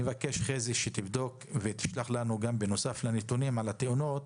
אני מבקש שתבדוק ותשלח לנו בנוסף לנתונים על התאונות,